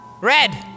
Red